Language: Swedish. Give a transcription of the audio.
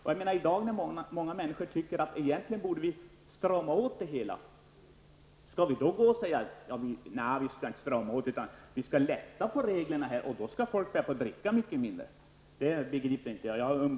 I dag tycker många människor att vi egentligen borde strama åt det hela. Skall vi då säga att vi inte skall strama åt utan i stället lätta på reglerna och att folk då skall börja dricka mycket mindre? Jag begriper inte hur det skulle gå till.